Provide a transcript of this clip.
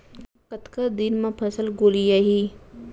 कतका दिन म फसल गोलियाही?